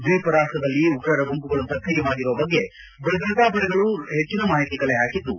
ದ್ವೀಪ ರಾಷ್ಟದಲ್ಲಿ ಉಗ್ರರ ಗುಂಪುಗಳು ಸ್ಕ್ರಿಯವಾಗಿರುವ ಬಗ್ಗೆ ಭದ್ರತಾ ಪಡೆಗಳು ಹೆಚ್ಚಿನ ಮಾಹಿತಿ ಕಲೆ ಹಾಕಿದ್ದು